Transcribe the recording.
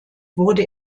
wurde